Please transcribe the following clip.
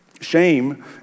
Shame